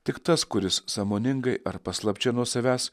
tik tas kuris sąmoningai ar paslapčia nuo savęs